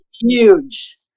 huge